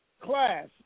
Class